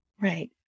right